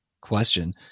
question